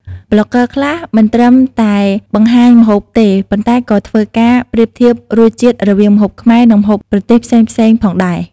ប្លុកហ្គើខ្លះមិនត្រឹមតែបង្ហាញម្ហូបទេប៉ុន្តែក៏ធ្វើការប្រៀបធៀបរសជាតិរវាងម្ហូបខ្មែរនិងម្ហូបប្រទេសផ្សេងៗផងដែរ។